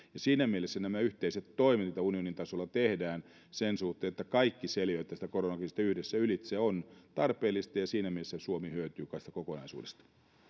siinä mielessä nämä yhteiset toimet joita unionin tasolla tehdään sen suhteen että kaikki selviävät tästä koronakriisistä yhdessä ylitse ovat tarpeellisia ja siinä mielessä suomi hyötyy tästä kokonaisuudesta